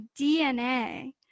DNA